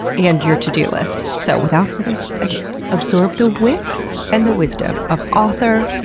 and your to-do list. so without further ado, absorb the wit and the wisdom of author,